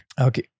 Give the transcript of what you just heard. Okay